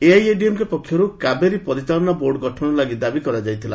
ଏଆଇଏଡିଏମ୍କେ ପକ୍ଷରୁ କାବେରୀ ପରିଚାଳନା ବୋର୍ଡ଼ ଗଠନ ଲାଗି ଦାବି କରାଯାଇଥିଲା